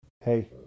Hey